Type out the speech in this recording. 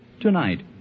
Tonight